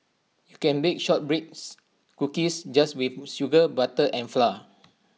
you can bake Shortbread Cookies just with sugar butter and flour